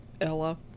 Ella